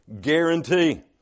guarantee